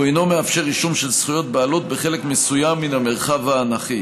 הוא אינו מאפשר רישום של זכויות בעלות בחלק מסוים מן המרחב האנכי.